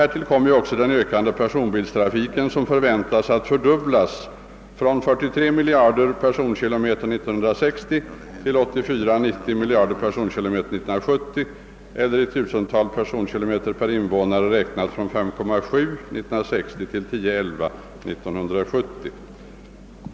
Härtill kommer den ökande personbilstrafiken, som väntas bli fördubblad från 43 miljarder personkilomter 1960 till 84—90 miljarder personkilometer 1970, eller i tusental personkilomter per invånare räknat från 5,7 1960 till 10 å 11 1970.